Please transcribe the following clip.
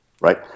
Right